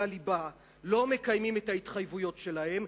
הליבה לא מקיימים את ההתחייבויות שלהם,